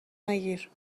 نگیر